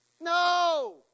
no